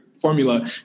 formula